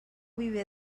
viver